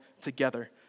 together